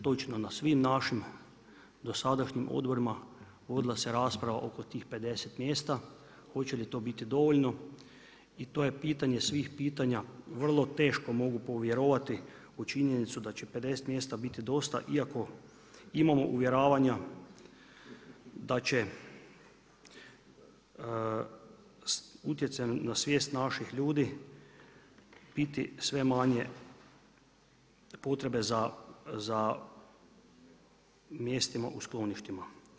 Točno na svim našim dosadašnjim odborima, vodila se rasprava oko tih 50 mjesta, hoće li to biti dovoljno i to je pitanje svih pitanja, vrlo teško mogu povjerovati u činjenicu da će 50 biti dosta iako imamo uvjeravanja da će utjecajem na svijest naših ljudi biti sve manje potrebe za mjestima u skloništima.